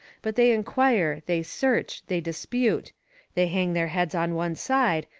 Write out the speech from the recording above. but they inquire, they search, they dispute they hang their heads on one side,